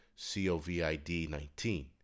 COVID-19